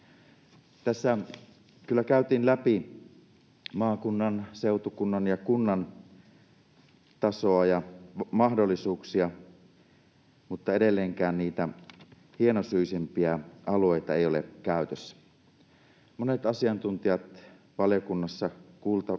Tässä kyllä käytiin läpi maakunnan, seutukunnan ja kunnan tasoa ja mahdollisuuksia, mutta edelleenkään niitä hienosyisempiä alueita ei ole käytössä. Monet asiantuntijat valiokunnassa puhuessaan